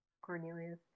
Cornelius